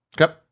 Okay